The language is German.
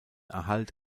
erhalt